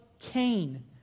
Cain